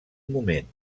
moment